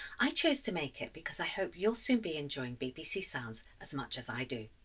i chose to make it because i hope you'll soon be enjoying bbc sounds as much as i do.